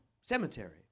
cemetery